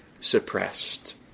suppressed